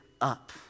up